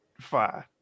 fine